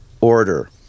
Order